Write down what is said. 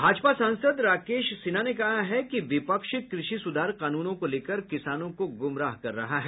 भाजपा सांसद राकेश सिन्हा ने कहा कि विपक्ष कृषि सुधार कानूनों को लेकर किसानों को गुमराह कर रहा है